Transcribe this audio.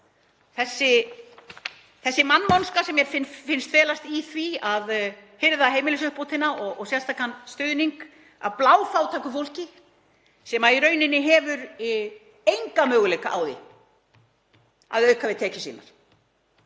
þessi mannvonska sem mér finnst felast í því að hirða heimilisuppbótina og sérstakan stuðning af bláfátæku fólki sem í rauninni hefur enga möguleika á því að auka við tekjur sínar